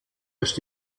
ist